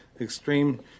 Extreme